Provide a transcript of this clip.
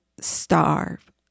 starve